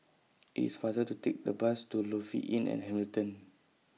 IT IS faster to Take The Bus to Lofi Inn At Hamilton